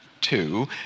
two